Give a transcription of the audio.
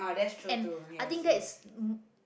and I think that is hm